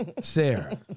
Sarah